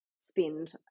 spend